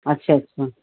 اچھا اچھا